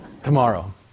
Tomorrow